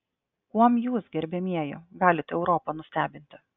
kuom jūs gerbiamieji galite europą nustebinti